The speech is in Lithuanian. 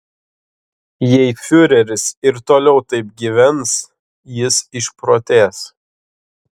jei fiureris ir toliau taip gyvens jis išprotės